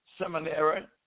seminary